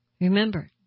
Remember